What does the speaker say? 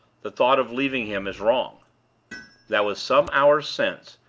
the thought of leaving him is wrong that was some hours since,